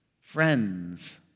friends